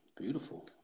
Beautiful